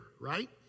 right